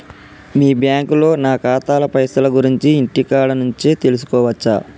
మీ బ్యాంకులో నా ఖాతాల పైసల గురించి ఇంటికాడ నుంచే తెలుసుకోవచ్చా?